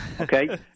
Okay